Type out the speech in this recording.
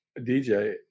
dj